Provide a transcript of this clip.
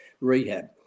Rehab